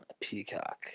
Peacock